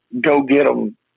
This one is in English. go-get-them